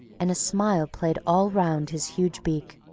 and a smile played all round his huge beak.